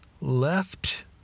left